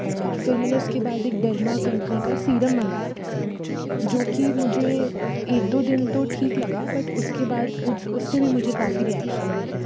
और फिर मैंने उसके बाद एक डर्मा कंपनी का सीरम मंगाया था जोकि एक दो दिन तो ठीक लगा बट उसके बाद उसे भी मुझे काफ़ी रिएक्शन हुए